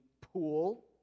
pool